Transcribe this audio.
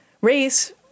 race